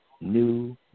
new